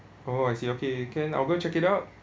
oh I see okay can I'll go check it out